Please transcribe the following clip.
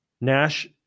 Nash